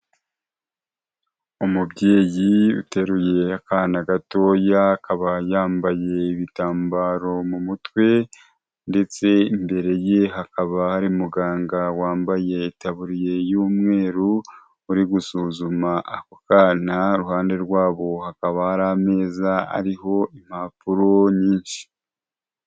Umubyeyi uteruye akana gatoya akaba yambaye ibitambaro mu mutwe ndetse imbere ye hakaba hari muganga wambaye itaburiye y'umweru uri gusuzuma ako kanana, iruhande rwabo hakaba hari ameza ariho impapuro nyinshi.